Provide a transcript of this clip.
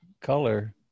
color